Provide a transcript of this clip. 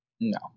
No